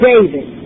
David